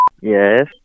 Yes